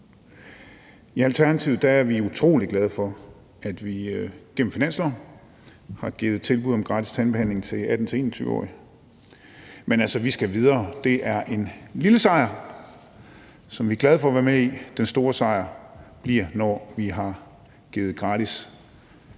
I Alternativet er vi utrolig glade for, at vi gennem finansloven har givet tilbud om gratis tandbehandling til 18-21-årige, men vi skal altså videre. Det er en lille sejr, som vi er glade for at være med i. Den store sejr bliver, når vi har givet tilbud